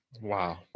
Wow